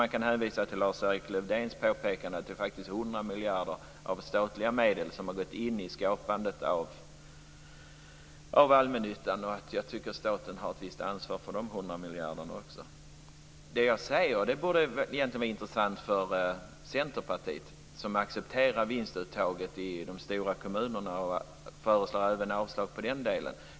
Jag vill hänvisa till Lars-Erik Lövdéns påpekande att 100 miljarder av statliga medel har satsats för skapandet av allmännyttan. Jag tycker att staten har ett visst ansvar också för de 100 miljarderna. Det som jag säger borde egentligen vara intressant för Centerpartiet, som accepterar de stora kommunernas vinstuttag och även i den delen föreslår avslag.